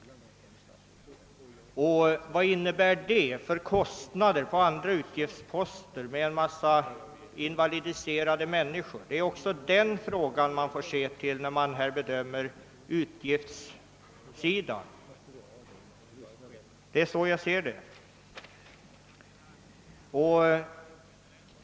Vad innebär en mängd invalidiserade människor för kostnader i fråga om andra utgiftsposter? Det är också den saken man måste tänka på, när man här bedömer utgiftssidan. Det är så jag ser på denna fråga.